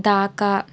కాకా